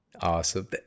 Awesome